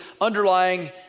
underlying